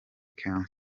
can